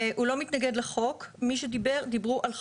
הוא לא מתנגד לחוק, מי שדיבר, דיברו על חקלאות.